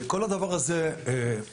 כל הדבר הזה יבוצע.